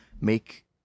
Make